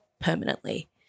permanently